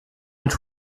mit